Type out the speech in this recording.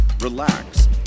relax